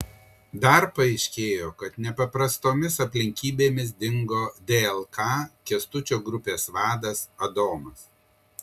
dar paaiškėjo kad nepaprastomis aplinkybėmis dingo dlk kęstučio grupės vadas adomas